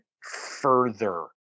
further